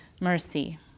mercy